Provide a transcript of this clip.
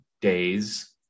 days –